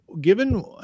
given